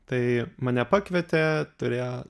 tai mane pakvietė turėjo